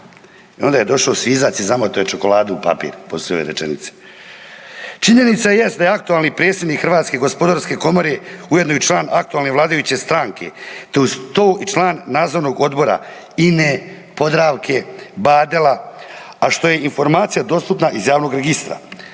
I onda je došao svizac i zamotao je čokoladu u papir poslije ove rečenice. Činjenica jest da je aktualni predsjednik Hrvatske gospodarske komore ujedno i član aktualne vladajuće stranke te uz to i član nadzornog odbora INA-e, Podravke, Badela a što je informacija dostupna iz javnog registra.